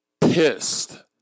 pissed